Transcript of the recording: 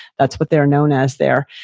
that's what they're known as there.